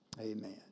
Amen